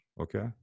Okay